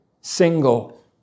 single